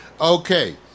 Okay